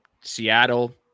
Seattle